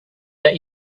that